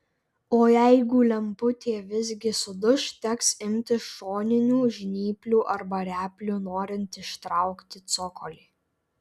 o jeigu lemputė visgi suduš teks imtis šoninių žnyplių arba replių norint ištraukti cokolį